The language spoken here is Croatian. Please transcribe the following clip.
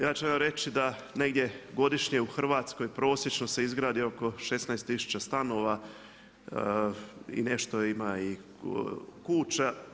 Ja ću vam reći da negdje godišnje u Hrvatskoj, prosječno se izgradi oko 16000 stanova i nešto ima i kuća.